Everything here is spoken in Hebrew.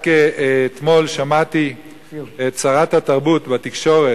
רק אתמול שמעתי את שרת התרבות בתקשורת,